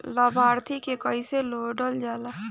लभार्थी के कइसे जोड़ल जाला?